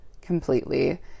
completely